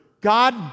God